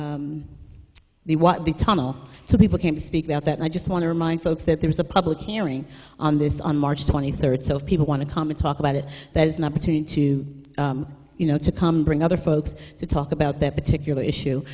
what the tunnel to people came to speak out that i just want to remind folks that there is a public hearing on this on march twenty third so if people want to comment talk about it there is an opportunity to you know to come bring other folks to talk about their particular issue